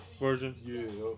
version